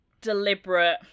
deliberate